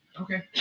Okay